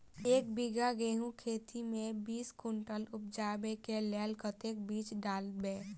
एक बीघा गेंहूँ खेती मे बीस कुनटल उपजाबै केँ लेल कतेक बीज डालबै?